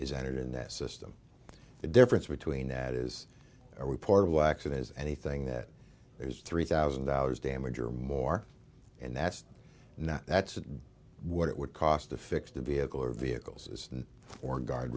is entered in that system the difference between that is a report of laxatives anything that there's three thousand dollars damage or more and that's not that's what it would cost to fix the vehicle or vehicles or